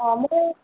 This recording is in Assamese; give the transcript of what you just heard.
অঁ মোৰ